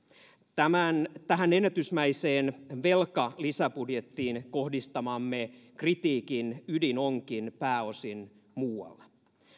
tähän ennätysmäiseen velkalisäbudjettiin kohdistamamme kritiikin ydin onkin pääosin muualla